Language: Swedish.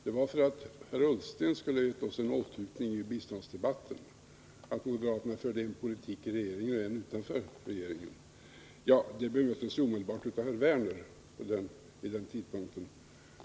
Herr Ullsten skulle ha gett oss en åthutning i biståndsdebatten: moderaterna sades föra en politik i regeringen och en annan utanför regeringen. Vid den tidpunkten bemöttes detta omedelbart av herr Werner.